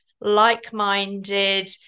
like-minded